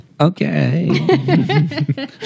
Okay